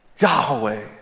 Yahweh